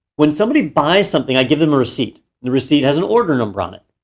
when somebody buys something, i give them a receipt. the receipt has an order number on it.